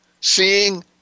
Seeing